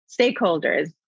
stakeholders